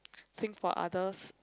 think for others